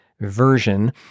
version